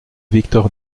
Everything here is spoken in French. victor